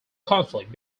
conflict